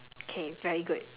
thought provoking